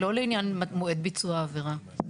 לא לעניין מועד ביצוע העבירה.